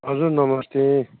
हजुर नमस्ते